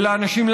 ולאנשים,